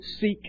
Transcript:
seek